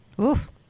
Oof